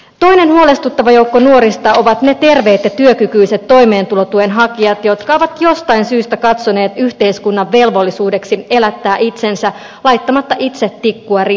toinen huolestuttava joukko nuorista ovat ne terveet ja työkykyiset toimeentulotuen hakijat jotka ovat jostain syystä katsoneet yhteiskunnan velvollisuudeksi elättää heidät laittamatta itse tikkua ristiin